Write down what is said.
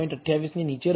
28ની નીચે રહેલો છે